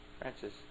Francis